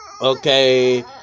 Okay